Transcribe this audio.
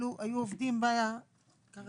היו עובדים בה כרגיל,